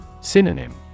Synonym